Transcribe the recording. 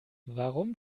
warum